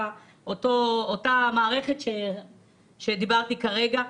אותה מערכת שדיברתי עליה כרגע,